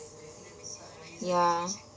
ya